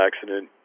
accident